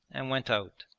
and went out.